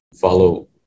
follow